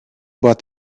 bought